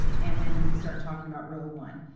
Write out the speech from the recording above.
and then we start talking about row one.